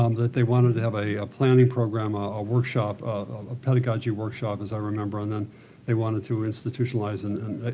um that they wanted to have a planning program or ah a workshop. a pedagogy workshop, as i remember. and then they wanted to institutionalize and